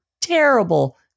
terrible